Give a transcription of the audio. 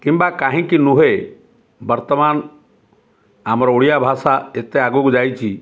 କିମ୍ବା କାହିଁକି ନୁହେଁ ବର୍ତ୍ତମାନ ଆମର ଓଡ଼ିଆ ଭାଷା ଏତେ ଆଗକୁ ଯାଇଛି